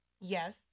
Yes